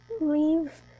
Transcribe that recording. leave